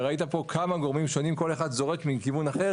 וראית פה כמה גורמים שונים שכל אחד זורק מכיוון אחר